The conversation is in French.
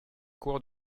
cours